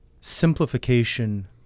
simplification